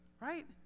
Right